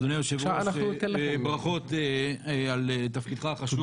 אדוני היושב-ראש, ברכות על תפקידך החשוב.